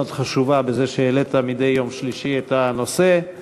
חשובה בזה שהעלית מדי יום שלישי את הנושא,